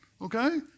okay